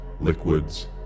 liquids